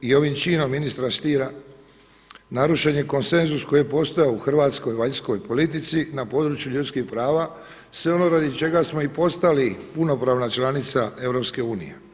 I ovim činom ministra Stiera narušen je konsenzus koji je postojao u hrvatskoj vanjskoj politici na području ljudskih prava, sve ono radi čega smo i postali punopravna članica EU.